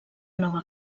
nova